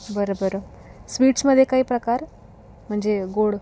बरं बरं स्वीट्समध्ये काही प्रकार म्हणजे गोड